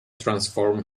transform